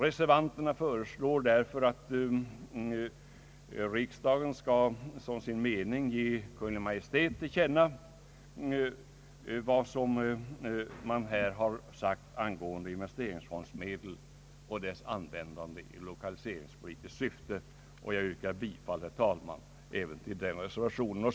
Reservanterna föreslår därför att riksdagen för Kungl. Maj:t ger till känna vad man här har anfört om investeringsfondsmedels användande i 1okaliseringspolitiskt syfte. Jag kommer, herr talman, att yrka bifall även till den reservationen.